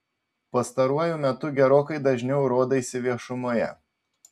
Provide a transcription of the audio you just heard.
pastaruoju metu gerokai dažniau rodaisi viešumoje